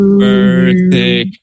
birthday